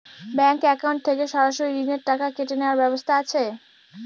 Bank account থেকে সরাসরি ঋণের টাকা কেটে নেওয়ার ব্যবস্থা আছে?